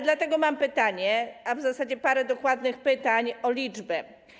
Dlatego mam pytanie, a w zasadzie parę dokładnych pytań o liczby.